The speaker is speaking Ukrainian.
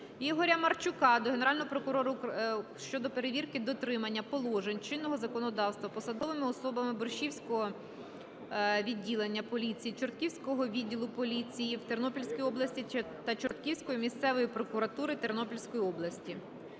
Ігоря Марчука до Генерального прокурора щодо перевірки дотримання положень чинного законодавства посадовими особами Борщівського відділення поліції Чортківського відділу поліції в Тернопільській області та Чортківської місцевої прокуратури Тернопільської області.